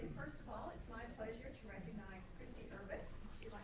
first of all, it's my pleasure to recognize kristy urbick,